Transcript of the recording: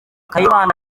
kayibanda